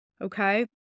okay